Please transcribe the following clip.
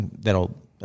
that'll